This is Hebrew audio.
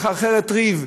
מחרחרת ריב,